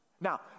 Now